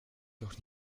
doch